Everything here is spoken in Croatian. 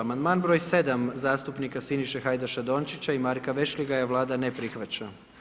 Amandman broj 7. zastupnika Siniše Hajdaša Dončića i Marka Vešligaja, Vlada ne prihvaća.